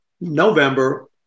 November